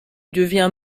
devient